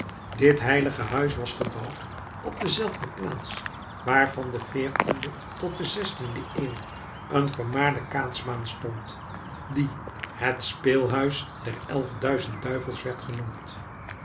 dit heilige huis was gebouwd op dezelfde plaats waar van de veertiende tot de zestiende eeuw een vermaarde kaatsbaan stond die het speelhuis der elf duizend duivels werd genoemd